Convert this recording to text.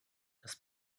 das